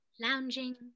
Lounging